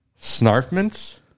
Snarfments